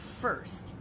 first